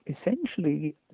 essentially